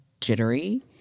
jittery